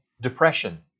depression